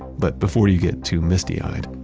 but before you get too misty-eyed,